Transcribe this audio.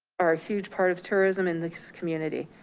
are a huge part of tourism in this community.